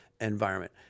environment